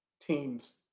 teams